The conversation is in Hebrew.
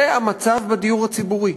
זה המצב בדיור הציבורי.